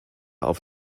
auf